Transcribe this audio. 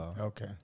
okay